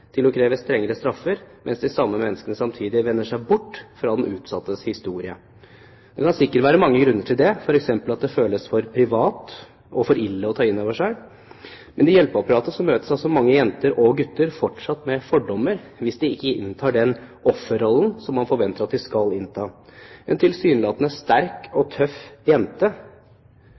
til å kreve strengere straffer, mens de samme menneskene samtidig vender seg borte fra den utsattes historie. Det kan sikkert være mange grunner til det, f.eks. at det føles for privat og for ille å ta inn over seg. Men i hjelpeapparatet møtes mange jenter og gutter fortsatt med fordommer hvis de ikke inntar den offerrollen som man forventer at de skal innta. Ei tilsynelatende sterk og tøff jente